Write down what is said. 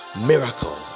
Miracle